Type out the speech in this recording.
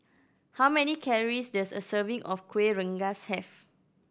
how many calories does a serving of Kuih Rengas have